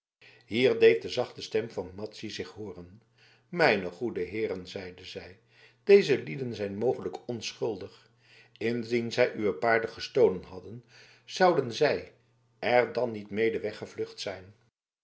hier deed de zachte stem van madzy zich hooren mijne goede heeren zeide zij deze lieden zijn mogelijk onschuldig indien zij uwe paarden gestolen hadden zouden zij er dan niet mede weggevlucht zijn